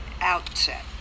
outset